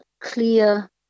clear